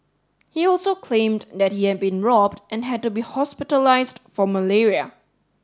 he also claimed that he had been robbed and had to be hospitalised for malaria